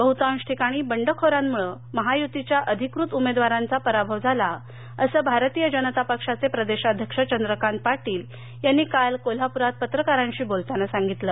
बहुतांश ठिकाणी बंडखोरांमुळे महायूतीच्या अधिकृत उमेदवारांचा पराभव झाला असं भारतीय जनता पक्षाचे प्रदेशाध्यक्ष चंद्रकांत पाटील यांनी काल कोल्हापुरात पत्रकारांशी बोलताना सांगितलं